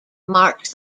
marks